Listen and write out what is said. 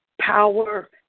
power